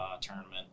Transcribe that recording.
tournament